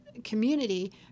community